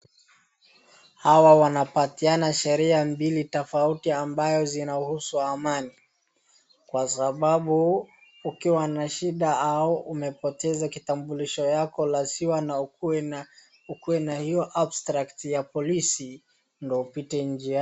Hawa wanapatiana sheria mbili tofauti ambazo zinahusu amani kwa sababu ukiwa na shida au umepoteza kitambulisho yako lazima ukiwe na hiyo abstract ya polisi ndo upite njiani.